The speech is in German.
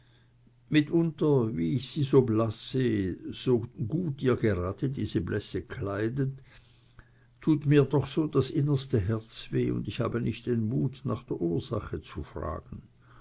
mitunter wenn ich sie so blaß sehe so gut ihr gerade diese blässe kleidet tut mir doch das innerste herz weh und ich habe nicht den mut nach der ursache zu fragen